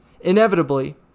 Inevitably